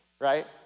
right